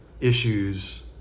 issues